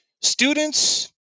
Students